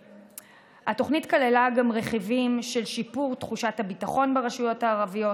התוכנית כללה גם רכיבים של שיפור תחושת הביטחון ברשויות הערביות.